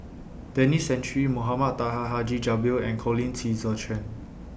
Denis Santry Mohamed Taha Haji Jamil and Colin Qi Zhe Quan